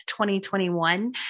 2021